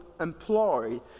employed